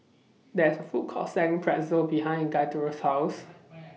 There IS A Food Court Selling Pretzel behind Gaither's House